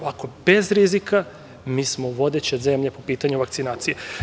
Ovako, bez rizika, mi smo vodeća zemlja po pitanju vakcinacije.